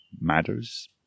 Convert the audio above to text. matters